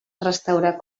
restaurar